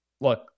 look